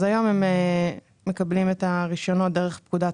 אז היום הם מקבלים את הרישיונות דרך פקודת